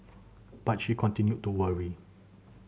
but she continued to worry